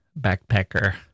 backpacker